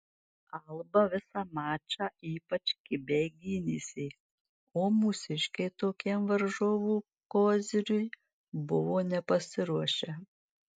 alba visą mačą ypač kibiai gynėsi o mūsiškiai tokiam varžovų koziriui buvo nepasiruošę